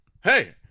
hey